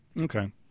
Okay